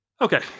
Okay